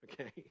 okay